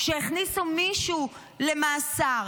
שהכניסו מישהו למאסר.